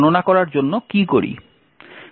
গণনা করার জন্য কি করি